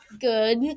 good